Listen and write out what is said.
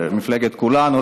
מפלגת כולנו.